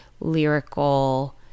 lyrical